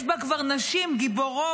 יש בה כבר נשים גיבורות,